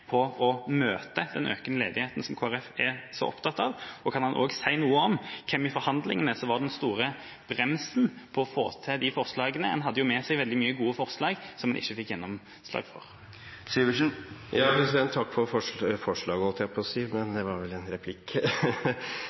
på grunn av den trange kommuneøkonomien. Er representanten Syversen nå fornøyd med omfanget når det gjelder å møte den økende ledigheten, som Kristelig Folkeparti er så opptatt av? Kan han også si noe om hvem i forhandlingene som var den store bremsen på å få til de forslagene? En hadde jo med seg veldig mange gode forslag som en ikke fikk gjennomslag for. Når vi snakker om halvannen milliard, var det